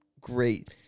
great